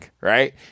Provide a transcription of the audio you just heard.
right